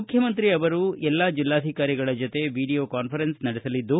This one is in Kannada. ಮುಖ್ಯಮಂತ್ರಿ ಅವರು ಎಲ್ಲಾ ಜಿಲ್ಲಾಧಿಕಾರಿಗಳ ಜತೆ ವೀಡಿಯೋ ಕಾನ್ಫರೆನ್ಸ್ ನಡೆಸಲಿದ್ದು